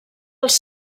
als